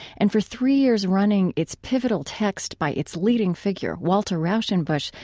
and for three years running, its pivotal text by its leading figure, walter rauschenbusch,